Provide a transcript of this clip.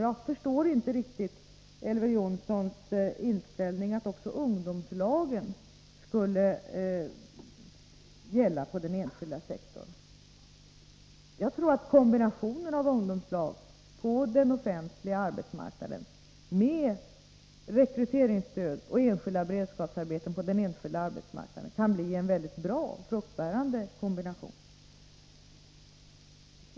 Jag förstår inte riktigt Elver Jonssons inställning att också ungdomslagen skulle gälla på den enskilda sektorn. Jag tror att kombinationen av ungdomslag på den offentliga arbetsmarknaden med rekryteringsstöd och enskilda beredskapsarbeten på den enskilda arbetsmarknaden kan bli en mycket bra och fruktbärande kombination.